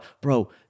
bro